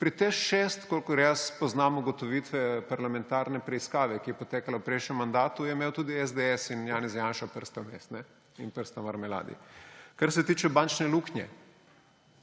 Pri Teš 6, kolikor jaz poznam ugotovitve parlamentarne preiskave, ki je potekala v prejšnjem mandatu, je imel tudi SDS in Janez Janša prste vmes in prste v marmeladi. Kar se tiče bančne luknje,